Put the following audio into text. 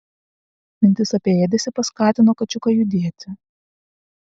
mintis apie ėdesį paskatino kačiuką judėti